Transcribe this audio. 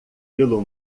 pelo